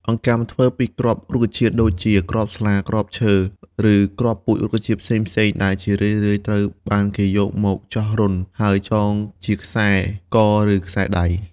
អង្កាំធ្វើពីគ្រាប់រុក្ខជាតិ ដូចជាគ្រាប់ស្លា គ្រាប់ឈើ ឬគ្រាប់ពូជរុក្ខជាតិផ្សេងៗ ដែលជារឿយៗត្រូវបានគេយកមកចោះរន្ធ ហើយចងជាខ្សែក ឬខ្សែដៃ។